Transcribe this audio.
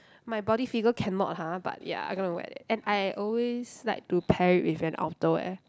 my body figure cannot !huh! but ya I gonna wear that and I always like to pair it with an outerwear